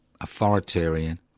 authoritarian